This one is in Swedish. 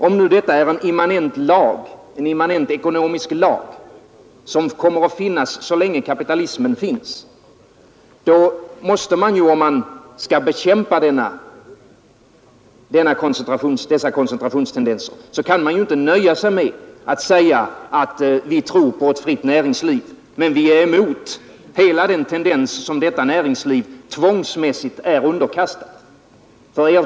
Om detta är en immanent ekonomisk lag som kommer att finnas så länge kapitalismen finns, kan man inte — om man önskar bekämpa dessa koncentrationstendenser — nöja sig med att säga, att man tror på ett fritt näringsliv men är emot hela den tendens som detta näringsliv tvångsmässigt är underkastat.